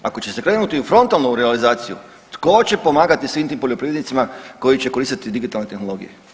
Ako će se krenuti u frontalno u realizaciju, tko će pomagati svim tim poljoprivrednicima koji će koristiti digitalne tehnologije?